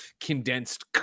condensed